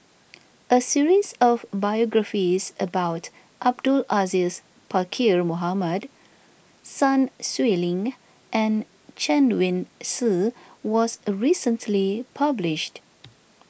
a series of biographies about Abdul Aziz Pakkeer Mohamed Sun Xueling and Chen Wen Hsi was recently published